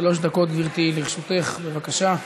שלוש דקות, גברתי, לרשותך, בבקשה.